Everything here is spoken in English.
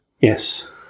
Yes